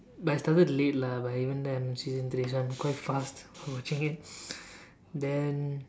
but I started late lah but even then I'm in season three so I'm quite fast watching it then